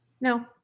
No